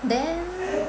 then